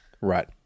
Right